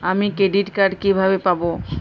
আমি credit card কিভাবে পাবো?